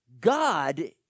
God